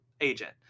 agent